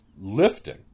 lifting